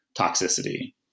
toxicity